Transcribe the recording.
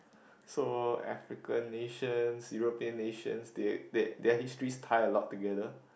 so African nations European nations they their their histories tie a lot together